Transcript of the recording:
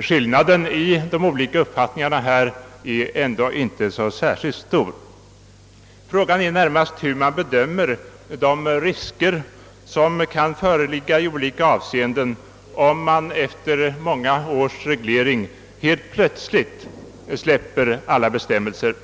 Skillnaden i de olika uppfattningarna är ändå inte så särskilt stor. Frågan är närmast hur man bedömer de risker, som kan uppstå i olika avseenden, om man efter många års reglering helt plötsligt skulle släppa alla bestämmelser.